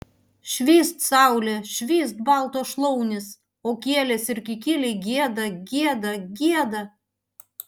švyst saulė švyst baltos šlaunys o kielės ir kikiliai gieda gieda gieda